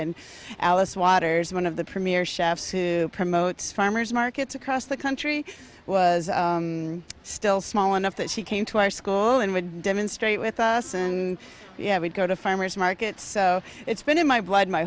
and alice waters one of the premier chefs who promotes farmers markets across the country was still small enough that she came to our school and would demonstrate with us and we'd go to farmer's market so it's been in my blood my